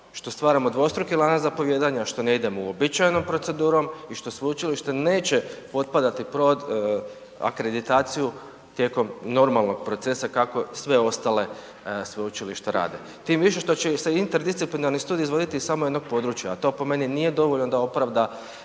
što stvaramo dvostruki lanac zapovijedanja, što ne idemo uobičajenom procedurom i što sveučilište neće potpadati pod akreditaciju tijekom normalnog procesa kako sve i ostala sveučilišta radi. Tim više što će se interdisciplinarni studij izvoditi samo iz jednog područja a to po meni dovoljno da opravda